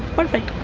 perfect.